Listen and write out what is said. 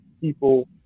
people